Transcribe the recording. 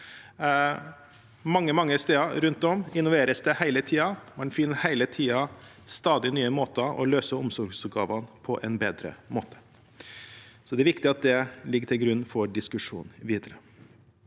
Mange steder rundt omkring innoveres det hele tiden – man finner hele tiden stadig nye måter å løse omsorgsoppgavene på en bedre måte. Det er viktig at det ligger til grunn for den videre